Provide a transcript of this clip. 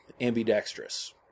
ambidextrous